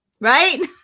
right